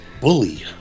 Bully